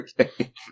Okay